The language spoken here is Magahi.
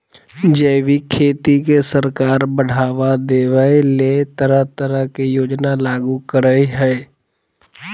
जैविक खेती के सरकार बढ़ाबा देबय ले तरह तरह के योजना लागू करई हई